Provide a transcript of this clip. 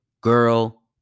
girl